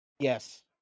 Yes